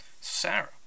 Sarah